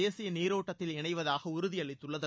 தேசிய நீரோட்டத்தில் இணைவதாக உறுதியளித்துள்ளது